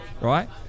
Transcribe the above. right